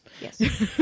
Yes